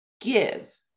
Give